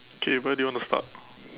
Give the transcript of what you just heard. K where do you wanna start